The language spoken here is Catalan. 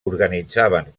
organitzaven